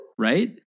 Right